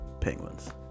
penguins